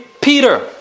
Peter